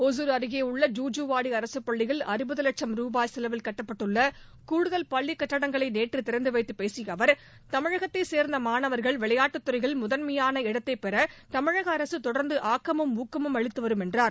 ஒசூர் அருகே உள்ள ஜுஜுவாடி அரசுப் பள்ளியில் அறுபது வட்சும் ரூபாய் செலவில் கட்டப்பட்டுள்ள கூடுதல் பள்ளிக் கட்டிடங்களை நேற்று திறந்து வைத்துப் பேசிய அவர் தமிழகத்தைச் சேர்ந்த மாணவர்கள் விளையாட்டுத் துறையில் முதன்மையான இடத்தைப் பெற தமிழக அரசு தொடர்ந்து ஆக்கமும் ஊக்கமும் அளித்து வரும் என்றார்